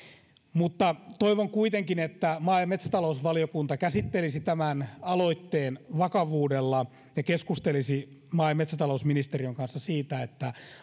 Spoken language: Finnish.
toivon kuitenkin että maa ja metsätalousvaliokunta käsittelisi tämän aloitteen vakavuudella ja keskustelisi maa ja metsätalousministeriön kanssa siitä